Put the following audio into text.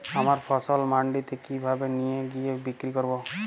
আমার ফসল মান্ডিতে কিভাবে নিয়ে গিয়ে বিক্রি করব?